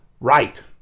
right